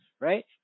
right